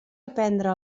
aprendre